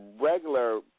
regular